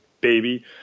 baby